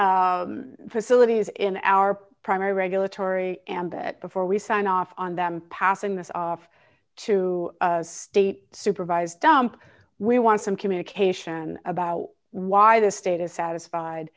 facilities in our primary regulatory ambit before we sign off on them passing this off to state supervised dump we want some communication about why the state is satisfied